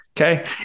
Okay